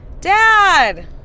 Dad